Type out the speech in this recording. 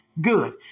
Good